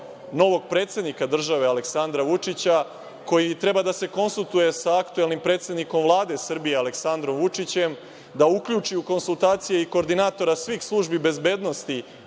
novog predsednika države Aleksandra Vučića koji treba da se konsultuje sa aktuelnim predsednikom Vlade Srbije Aleksandrom Vučićem, da uključi u konsultacije i koordinatora svih službi bezbednosti